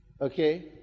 Okay